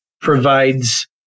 provides